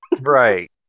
Right